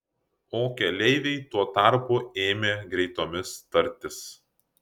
o keleiviai tuo tarpu ėmė greitomis tartis